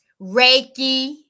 Reiki